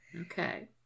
Okay